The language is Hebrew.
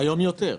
והיום יותר.